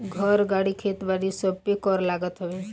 घर, गाड़ी, खेत बारी सबपे कर लागत हवे